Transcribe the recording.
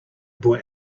boy